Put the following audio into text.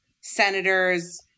senators